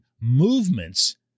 movements